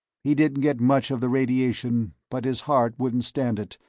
he didn't get much of the radiation, but his heart wouldn't stand it,